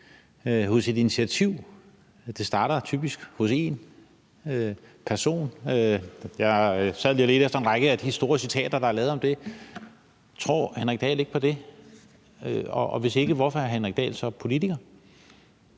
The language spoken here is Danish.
med et initiativ. Det starter typisk hos én person. Jeg sad lige og ledte efter en række af de resultater, der er kommet af det. Tror Henrik Dahl ikke på det? Og hvis ikke, hvorfor er Henrik Dahl så politiker?